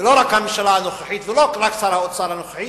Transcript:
ולא רק הממשלה הנוכחית ולא רק שר האוצר הנוכחי,